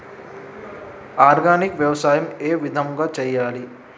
Organic వ్యవసాయం ఏ విధంగా చేయాలి?